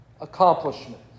accomplishment